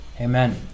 Amen